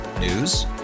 News